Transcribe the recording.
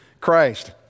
Christ